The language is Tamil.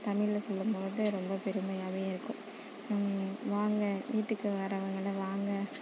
தமிழில் சொல்லும் போது ரொம்ப பெருமையாகவே இருக்கும் வாங்க வீட்டுக்கு வரவங்கள வாங்க